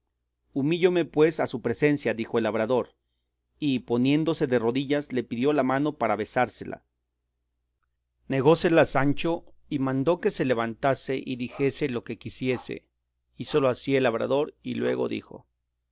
silla humíllome pues a su presencia dijo el labrador y poniéndose de rodillas le pidió la mano para besársela negósela sancho y mandó que se levantase y dijese lo que quisiese hízolo así el labrador y luego dijo